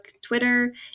Twitter